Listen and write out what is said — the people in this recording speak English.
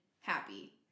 happy